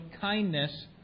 kindness